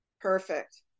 perfect